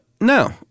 No